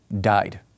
died